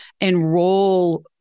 enroll